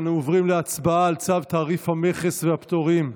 אנחנו עוברים להצבעה על צו תעריף המכס והפטורים,